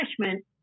punishment